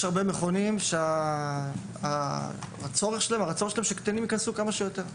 יש הרבה מכונים שהרצון שלהם הוא שייכנסו כמה שיותר קטנים.